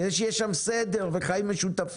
על מנת שיהיה שם סדר וחיים משותפים.